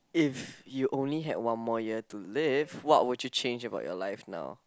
if you only have one more year to live what would you change about your life now